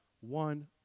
one